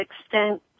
extent